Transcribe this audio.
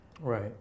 right